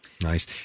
Nice